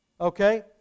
Okay